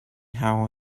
how